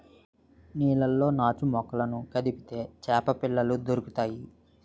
నీళ్లలో నాచుమొక్కలను కదిపితే చేపపిల్లలు దొరుకుతాయి